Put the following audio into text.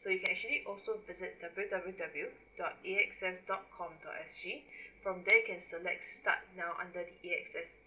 so you can actually also visit W_W_W dot A_X_S dot com dot S_G from there you can select start now under the A_X_S